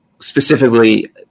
specifically